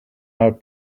our